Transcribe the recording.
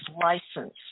license